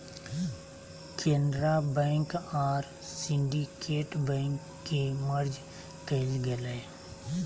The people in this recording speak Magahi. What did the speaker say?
केनरा बैंक आरो सिंडिकेट बैंक के मर्ज कइल गेलय